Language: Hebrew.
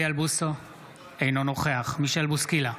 אינו נוכח מישל בוסקילה,